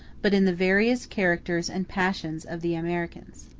but in the various characters and passions of the americans.